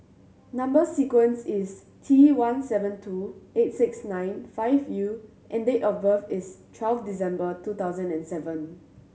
number sequence is T one seven two eight six nine five U and date of birth is twelve December two thousand and seven